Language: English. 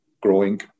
growing